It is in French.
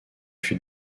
fut